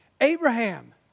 Abraham